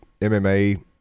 MMA